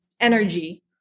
energy